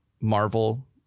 Marvel